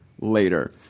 later